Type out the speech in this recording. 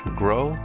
grow